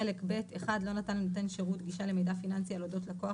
חלק ב' לא נתן לנותן שירות גישה למידע פיננסי על אודות לקוח,